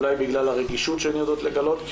אולי בגלל הרגישות שהן יודעות לגלות,